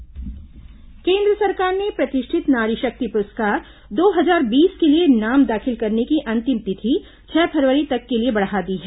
नारी शक्ति पुरस्कार तिथि केन्द्र सरकार ने प्रतिष्ठित नारी शक्ति पुरस्कार दो हजार बीस के लिए नाम दाखिल करने की अंतिम तिथि छह फरवरी तक के लिए बढ़ा दी है